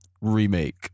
remake